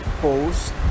post